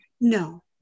no